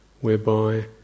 whereby